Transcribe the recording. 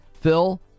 Phil